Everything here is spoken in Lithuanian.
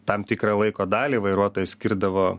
tam tikrą laiko dalį vairuotojas skirdavo